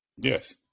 Yes